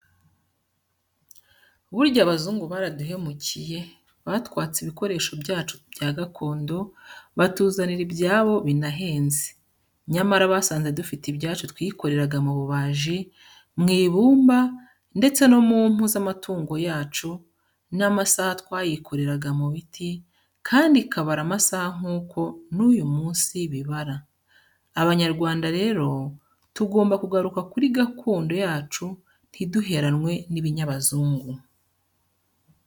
Burya abazungu baraduhemukiye batwatse ibikoresho byacu bya gakondo, batuzanira ibyabo binahenze, nyamara basanze dufite ibyacu twikoreraga mu bubaji, mu ibumba ndetse no mu mpu z'amatungo yabo n'amasaha twayikoreraga mu biti, kandi ikabara amasaha nk'uko n'uyu munsi bibara, Abanyarwanda rero tugomba kugaruka kuri gakondo yacu ntiduheranwe n'ibinyabazungu.